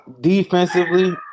Defensively